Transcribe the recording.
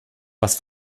was